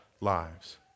lives